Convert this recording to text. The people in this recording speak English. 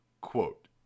Quote